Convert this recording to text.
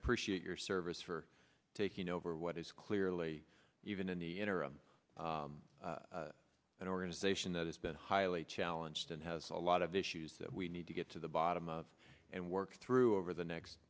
appreciate your service for taking over what is clearly even in the interim an organization that has been highly challenged and has a lot of issues that we need to get to the bottom of and work through over the next